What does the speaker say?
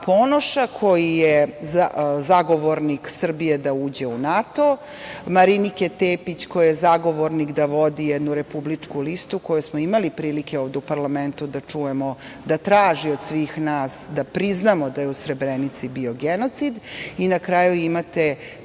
Ponoša, koji je zagovornik Srbije da uđe u NATO, Marinike Tepić, koja je zagovornik da vodi jednu republičku listu koju smo imali prilike da ovde u parlamentu da čujemo da traži od svih nas da priznamo da je Srebrenici bio genocid. I na kraju, imate